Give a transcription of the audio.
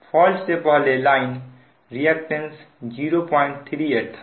fault से पहले line reactance 038 था